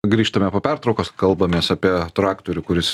grįžtame po pertraukos kalbamės apie traktorių kuris